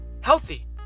healthy